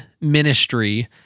ministry